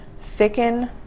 thicken